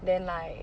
then like